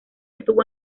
estuvo